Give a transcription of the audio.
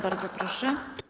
Bardzo proszę.